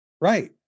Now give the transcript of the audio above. Right